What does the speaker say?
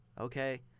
okay